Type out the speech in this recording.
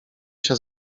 się